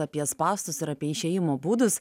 apie spąstus ir apie išėjimo būdus